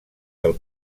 del